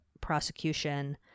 prosecution